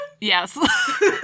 Yes